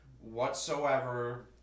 whatsoever